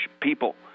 people